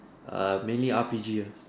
err mainly R_P_G ah